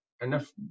enough